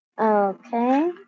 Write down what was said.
Okay